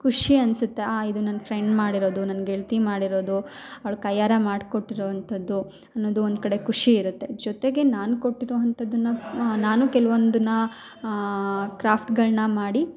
ಖುಷಿ ಅನ್ಸುತ್ತೆ ಹಾ ಇದು ನನ್ನ ಫ್ರೆಂಡ್ ಮಾಡಿರೋದು ನನ್ನ ಗೆಳತಿ ಮಾಡಿರೋದು ಅವ್ಳೆ ಕೈಯಾರ ಮಾಡಿ ಕೊಟ್ಟಿರುವಂಥದ್ದು ಅನ್ನೋದು ಒಂದು ಕಡೆ ಖುಷಿ ಇರುತ್ತೆ ಜೊತೆಗೆ ನಾನು ಕೊಟ್ಟಿರೋ ಅಂಥದ್ದನ್ನ ನಾನು ಕೆಲವೊಂದನ್ನ ಕ್ರಾಫ್ಟ್ಗಳನ್ನ ಮಾಡಿ